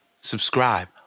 subscribe